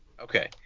Okay